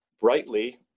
brightly